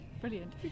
Brilliant